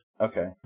Okay